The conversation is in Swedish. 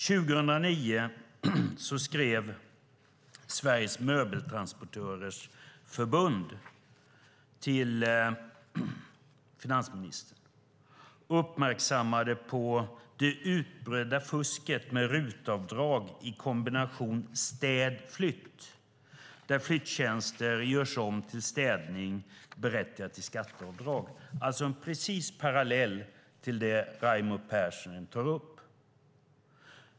År 2009 skrev Sveriges Möbeltransportörers Förbund till finansministern och uppmärksammade honom på det utbredda fusket med RUT-avdrag i kombinationen av städning och flytt. Flyttjänster görs alltså om till städning, vilket berättigar till skatteavdrag. Det är en precis parallell till det Raimo Pärssinen tar upp.